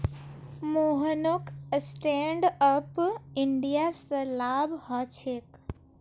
मोहनक stand up India स लाभ ह छेक